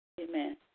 Amen